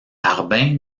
harbin